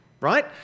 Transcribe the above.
Right